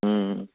હા